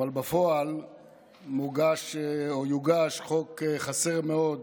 אבל בפועל מוגש או יוגש חוק חסר מאוד,